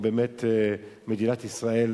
מדינת ישראל,